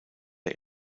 der